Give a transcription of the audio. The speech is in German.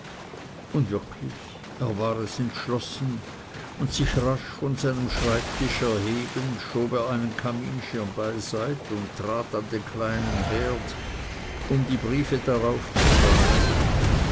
und wirklich er war es entschlossen und sich rasch von seinem schreibtisch erhebend schob er einen kaminschirm beiseit und trat an den kleinen herd um die briefe darauf zu verbrennen